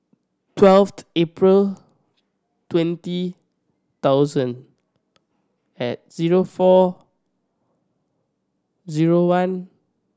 twelfth April twenty thousand at zero four zero one